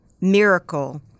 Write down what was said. miracle